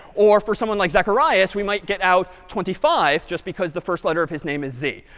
or for someone like zacharias, we might get out twenty five just because the first letter of his name is z.